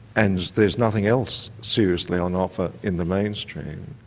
and there's nothing else seriously on offer in the mainstream,